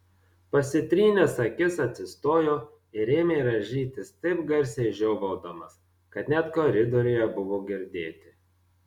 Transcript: pasitrynęs akis atsistojo ir ėmė rąžytis taip garsiai žiovaudamas kad net koridoriuje buvo girdėti